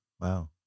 Wow